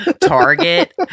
target